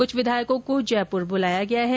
कुछ विधायकों को जयपुर बुलाया गया है